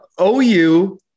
OU